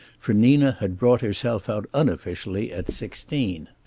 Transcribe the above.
for nina had brought herself out unofficially at sixteen.